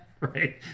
Right